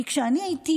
כי כשאני הייתי,